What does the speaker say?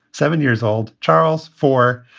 seven years old, charles, four,